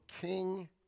king